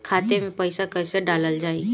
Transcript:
खाते मे पैसा कैसे डालल जाई?